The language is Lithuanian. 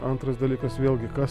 antras dalykas vėlgi kas